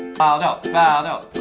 valdo. valdo.